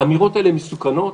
האמירות האלה מסוכנות,